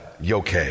yoke